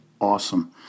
awesome